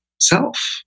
self